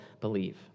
believe